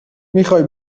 میخوای